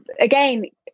again